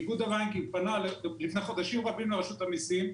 איגוד הבנקים פנה לפני חודשים רבים לרשות המסים,